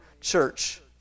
church